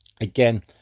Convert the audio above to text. Again